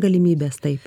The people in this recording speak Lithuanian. galimybės taip